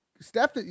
Steph